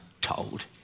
told